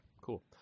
Cool